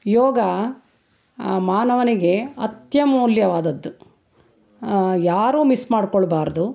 ಯೋಗ ಮಾನವನಿಗೆ ಅತ್ಯಮೂಲ್ಯವಾದದ್ದು ಯಾರೂ ಮಿಸ್ ಮಾಡಿಕೊಳ್ಬಾರ್ದು